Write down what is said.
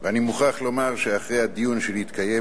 ואני מוכרח לומר שאחרי הדיון שנתקיים